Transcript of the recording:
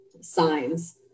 signs